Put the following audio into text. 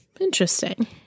interesting